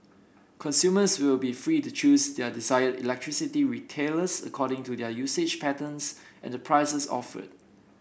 consumers will be free to choose their desired electricity retailers according to their usage patterns and the prices offered